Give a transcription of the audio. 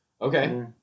Okay